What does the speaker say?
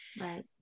Right